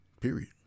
Period